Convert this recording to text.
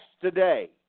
today